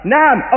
Nam